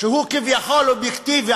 שהוא כביכול אובייקטיבי,